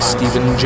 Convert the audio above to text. Stephen